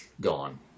gone